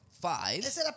five